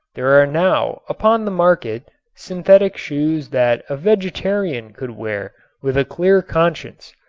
there are now upon the market synthetic shoes that a vegetarian could wear with a clear conscience.